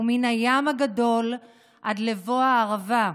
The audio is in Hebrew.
ומן הים הגדול עד לבוא הערבה,